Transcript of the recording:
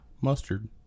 mustard